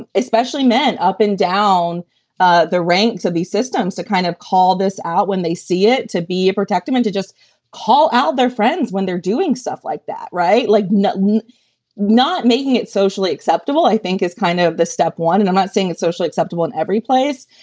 especially men up and down ah the ranks of these systems to kind of call this out when they see it to be protective and to just call out their friends when they're doing stuff like that. right. like not not making it socially acceptable. i think it's kind of the step one. and i'm not saying it's socially acceptable in every place,